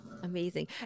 Amazing